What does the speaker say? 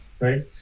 right